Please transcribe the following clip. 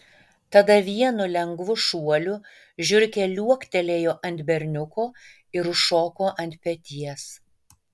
tada vienu lengvu šuoliu žiurkė liuoktelėjo ant berniuko ir užšoko ant peties